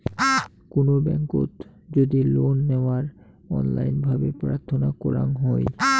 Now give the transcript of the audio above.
কুনো ব্যাংকোত যদি লোন নেওয়ার অনলাইন ভাবে প্রার্থনা করাঙ হই